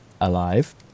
alive